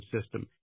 system